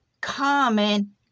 common